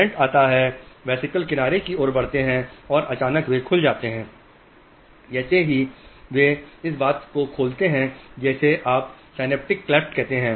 current आता है vesicles किनारे की ओर बढ़ते हैं और अचानक वे खुल जाते हैं और जैसे ही वे इस बात को खोलते हैं जिसे आप SYNAPTIC CLEFT कहते हैं